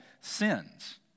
sins